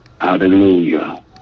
Hallelujah